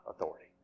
authority